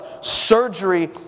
surgery